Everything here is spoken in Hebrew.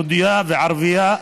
יהודייה וערבייה,